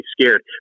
scared